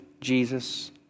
Jesus